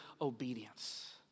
obedience